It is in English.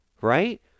right